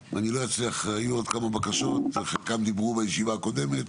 היו עוד כמה בקשות וחלקם דיברו בישיבה הקודמת,